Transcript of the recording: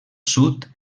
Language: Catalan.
sud